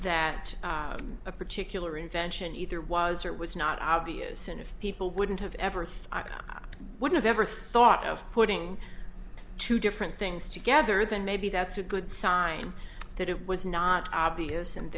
that a particular invention either was or was not obvious and if people wouldn't have ever thought i would have ever thought of putting two different things together then maybe that's a good sign that it was not obvious and